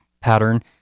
pattern